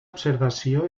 observació